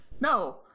No